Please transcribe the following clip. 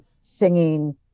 singing